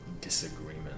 disagreement